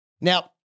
Now